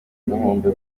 nkombe